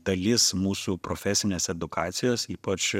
dalis mūsų profesinės edukacijos ypač